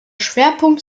schwerpunkt